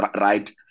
Right